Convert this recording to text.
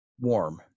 warm